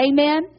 Amen